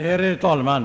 Herr talman!